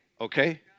Okay